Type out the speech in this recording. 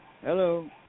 Hello